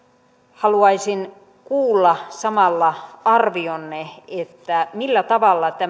haluaisin kuulla samalla arvionne millä tavalla tämä